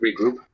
regroup